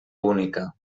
única